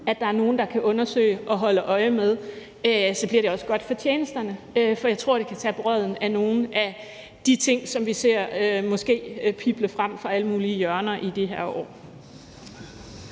at der er nogen, der kan undersøge og holde øje, tror jeg også, at det bliver godt for tjenesterne, for jeg tror, det kan tage brodden af nogle af de ting, som vi måske ser pible frem fra alle mulige hjørner i de her år.